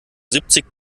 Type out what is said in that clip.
siebzig